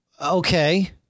okay